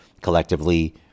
collectively